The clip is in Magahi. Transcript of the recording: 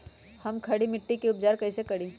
हम खड़ी मिट्टी के उपचार कईसे करी?